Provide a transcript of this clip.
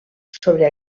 sobre